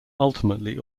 ultimately